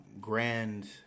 grand